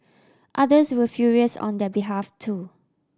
others were furious on their behalf too